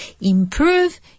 improve